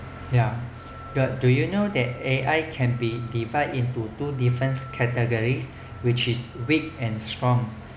ya but do you know that A_I can be divided into two different categories which is weak and strong